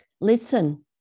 Listen